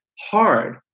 hard